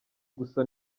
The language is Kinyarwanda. gusa